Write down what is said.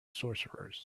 sorcerers